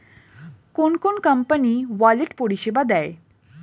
কোন কোন company wallet পরিষেবা দেয়?